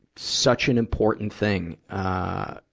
such an important thing. i,